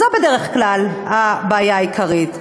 זו בדרך כלל הבעיה העיקרית.